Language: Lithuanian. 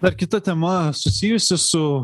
dar kita tema susijusi su